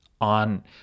on